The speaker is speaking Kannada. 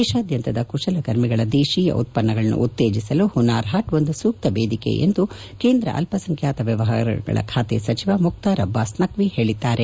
ದೇಶಾದ್ಯಂತದ ಕುಶಲಕರ್ಮಿಗಳ ದೇಶೀಯ ಉತ್ವನ್ನಗಳನ್ನು ಉತ್ತೇಜಿಸಲು ಹುನಾರ್ ಹಾಟ್ ಒಂದು ಸೂಕ್ತ ವೇದಿಕೆ ಎಂದು ಕೇಂದ್ರ ಅಲ್ಪಸಂಖ್ಯಾತ ವ್ಯವಹಾರಗಳ ಖಾತೆ ಸಚಿವ ಮುಖ್ತಾರ್ ಅಬ್ಬಾಸ್ ನಖ್ವಿ ಹೇಳಿದ್ದಾರೆ